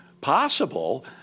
possible